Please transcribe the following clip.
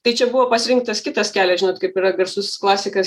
tai čia buvo pasirinktas kitas kelias žinot kaip yra garsus klasikas